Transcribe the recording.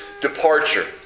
departure